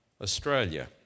Australia